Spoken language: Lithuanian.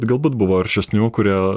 galbūt buvo aršesnių kurie